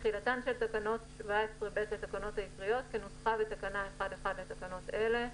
תחילתן של תקנות 17(ב) לתקנות העיקריות כנוסחה בתקנה 1(1) לתקנות אלה,